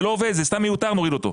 אם זה לא עובד, זה סתם מיותר נוריד את זה.